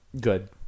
good